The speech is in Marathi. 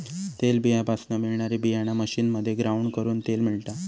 तेलबीयापासना मिळणारी बीयाणा मशीनमध्ये ग्राउंड करून तेल मिळता